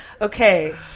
Okay